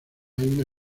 una